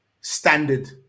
standard